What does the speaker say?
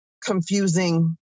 confusing